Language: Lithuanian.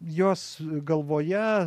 jos galvoje